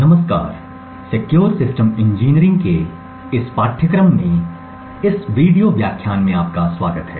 नमस्कार secure system engineering के पाठ्यक्रम में इस वीडियो व्याख्यान में आपका स्वागत है